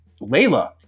Layla